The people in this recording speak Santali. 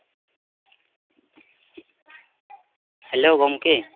ᱦᱮᱞᱳ ᱜᱚᱢᱠᱮ